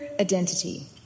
identity